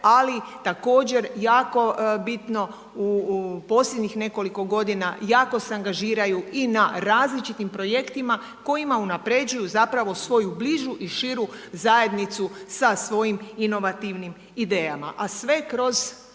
ali također jako bitno u posljednjih nekoliko godina jako se angažiraju i na različitim projektima kojima unapređuju zapravo svoju bližu i širu zajednicu sa svojim inovativnim idejama a sve kroz